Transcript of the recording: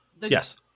Yes